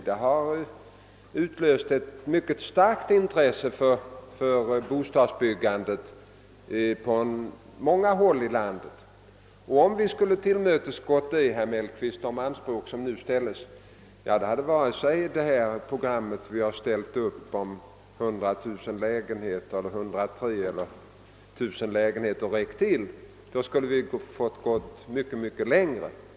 Det har uppstått ett mycket starkt intresse för bostadsbyggande på många håll i landet, och om vi skulle ha tillmötesgått de anspråk som framförts hade det tidigare uppställda programmet om 103 000 lägenheter inte räckt till, utan vi skulle ha fått sträcka oss mycket längre.